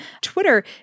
Twitter